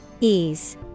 Ease